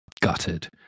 gutted